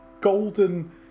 golden